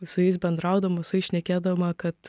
su jais bendraudama su jais šnekėdama kad